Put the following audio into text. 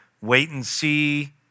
wait-and-see